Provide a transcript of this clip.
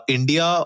India